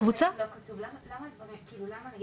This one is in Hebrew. למה נגיד